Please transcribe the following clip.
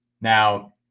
Now